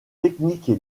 techniques